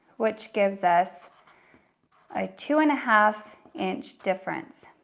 which gives us a two and a half inch difference.